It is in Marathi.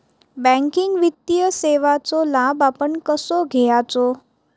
बँकिंग वित्तीय सेवाचो लाभ आपण कसो घेयाचो?